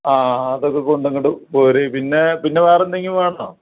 ആ അ അതൊക്കെ കൊണ്ട് ഇങ്ങോട്ട് പോരു പിന്നെ പിന്നെ വേറെ എന്തെങ്കിലും വേണൊ